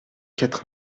quatre